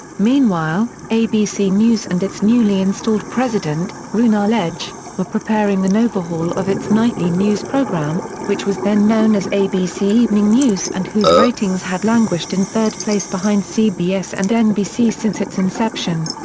meanwhile, abc news and its newly installed president, roone arledge, were preparing an overhaul of its nightly news program, which was then known as abc evening news and whose ratings had languished in third place behind cbs and nbc since its inception.